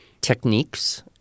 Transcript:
techniques